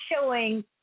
showing